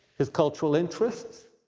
his cultural interests,